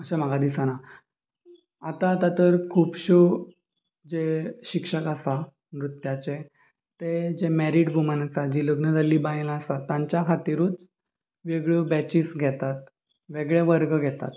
अशें म्हाका दिसना आतां आतां तर खुबश्यो जे शिक्षक आसा नृत्याचें ते जे मॅरीड वुमन आसा जीं लग्न जाल्लीं बायलां आससा तांच्या खातिरूच वेगळ्यो बॅचीस घेतात वेगळे वर्ग घेतात